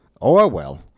Orwell